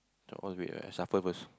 must wait right suffer first